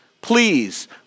please